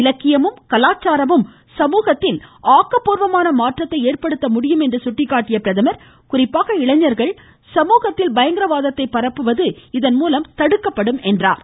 இலக்கியமும் கலாச்சாரமும் சமூகத்தில் ஆக்கப்பூர்வமான மாற்றத்தை ஏற்படுத்த முடியும் என்று சுட்டிக்காட்டிய பிரதமர் குறிப்பாக இளைஞர்கள் சமூகத்தில் பயங்கரவாதத்தை பரப்புவது இதன்மூலம் தடுக்கப்படும் என்றார்